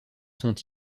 sont